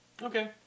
Okay